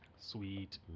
Sweet